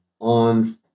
on